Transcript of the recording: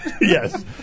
yes